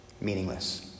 meaningless